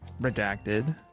Redacted